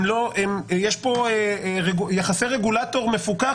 יש פה יחסי רגולטור-מפוקח,